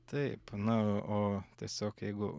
taip na o tiesiog jeigu